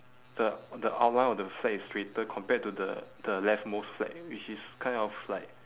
the on the outline of the flag is straighter compared to the the left most flag which is kind of like